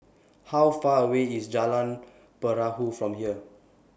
How Far away IS Jalan Perahu from here